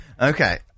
Okay